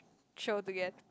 show together